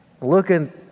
Looking